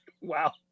Wow